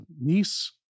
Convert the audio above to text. niece